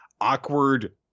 awkward